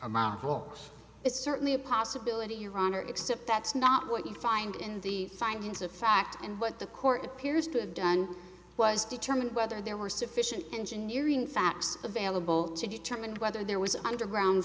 awful it's certainly a possibility your honor except that's not what you find in the findings of fact and what the court appears to have done was determined whether there were sufficient engineering facts available to determine whether there was an underground